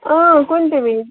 کُنہِ تہِ وِزِ